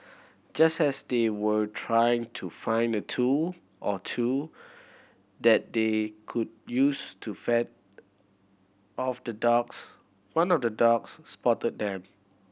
just as they were trying to find a tool or two that they could use to fend off the dogs one of the dogs spotted them